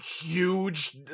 huge